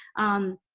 um,